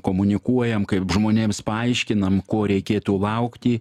komunikuojam kaip žmonėms paaiškinam ko reikėtų laukti